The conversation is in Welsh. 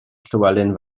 llywelyn